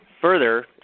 Further